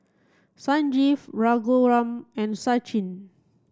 Sanjeev Raghuram and Sachin